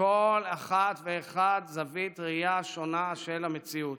לכל אחת ואחד זווית ראייה שונה של המציאות,